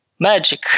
Magic